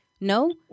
No